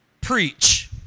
preach